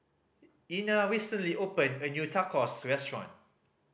Ina recently opened a new Tacos Restaurant